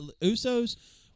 Usos